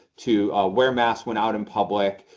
to wear masks when out in public,